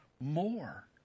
more